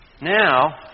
Now